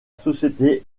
société